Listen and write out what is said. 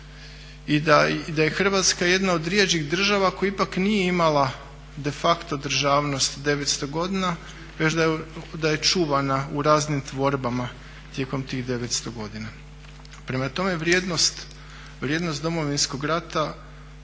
i da je Hrvatska jedna od rjeđih država koja ipak nije imala de facto državnost 900 godina već da je čuvana u raznim tvorbama tijekom tih 900 godina. Prema tome, vrijednost Domovinskog rata